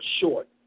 short